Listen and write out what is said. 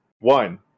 one